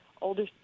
older